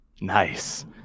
nice